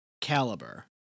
caliber